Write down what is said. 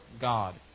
God